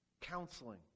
counseling